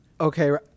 Okay